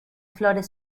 flores